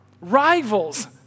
rivals